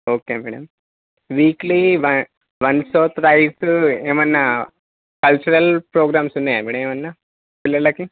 okay madam weekly one once thrice ఏమైనా cultural programmes ఉన్నాయా madam ఏమైనా పిల్లలకి